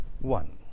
one